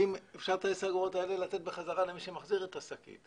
אפשר את העשר אגורות לתת בחזרה למי שמחזיר את השקית.